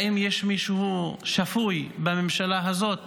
האם יש מישהו שפוי בממשלה הזאת